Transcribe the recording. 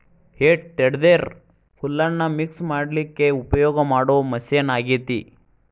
ಹೇ tedder ಹುಲ್ಲನ್ನ mix ಮಾಡ್ಲಿಕ್ಕೆ ಉಪಯೋಗ ಮಾಡೋ ಮಷೇನ್ ಆಗೇತಿ